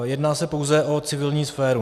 Jedná se pouze o civilní sféru.